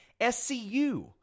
SCU